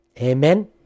Amen